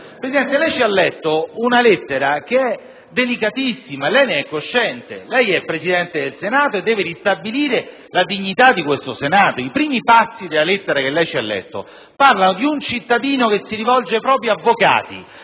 Presidente, lei ci letto una lettera delicatissima e ne è cosciente. Lei è il Presidente del Senato e deve ristabilirne la dignità. I primi passi della lettera che ci ha letto parlano di un cittadino che si rivolge ai propri avvocati